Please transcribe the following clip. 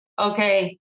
okay